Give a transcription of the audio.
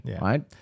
right